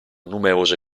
numerose